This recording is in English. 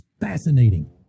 fascinating